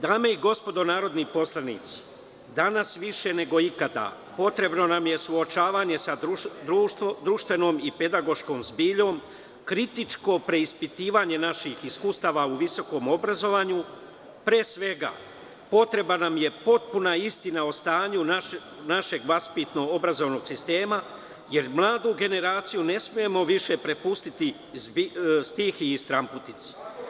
Dame i gospodo narodni poslanici danas više nego ikada potrebno nam je suočavanje sa društvenom i pedagoškom zbiljom, kritičko preispitivanje naših iskustava u visokom obrazovanju, pre svega, potrebna nam je potpuna istina o stanju našeg vaspitno-obrazovnog sistema, jer mladu generaciju ne smemo više prepustiti stihiji i stranputici.